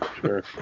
Sure